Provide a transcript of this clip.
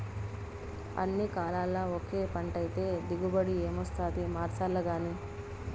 అన్ని కాలాల్ల ఒకే పంటైతే దిగుబడి ఏమొస్తాది మార్సాల్లగానీ